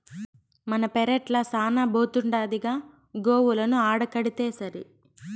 మన పెరట్ల శానా బోతుండాదిగా గోవులను ఆడకడితేసరి